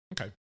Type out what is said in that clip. Okay